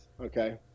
Okay